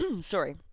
Sorry